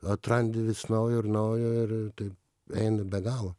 atrandi vis naujo ir naujo ir ir tai eina be galo